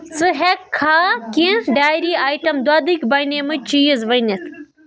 ژٕ ہٮ۪کھا کیٚنٛہہ دۄدٕکۍ بَنیمٕتۍ چیٖز ؤنِتھ